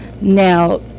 Now